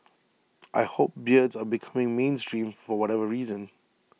I hope beards are becoming mainstream for whatever reason